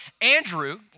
Andrew